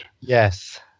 Yes